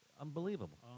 Unbelievable